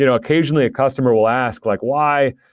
you know occasionally, a customer will ask like, why?